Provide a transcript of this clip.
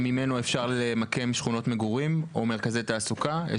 שלפיו אפשר למקם שכונות מגורים או מרכזי תעסוקה?